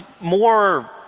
more